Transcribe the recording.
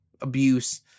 abuse